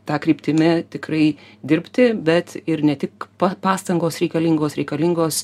tą kryptimi tikrai dirbti bet ir ne tik pastangos reikalingos reikalingos